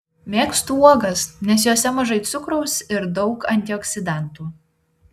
mėgstu uogas nes jose mažai cukraus ir daug antioksidantų